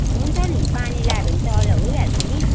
हुन्छ नि पानी लायो भने त अहिले भइहाल्छ नि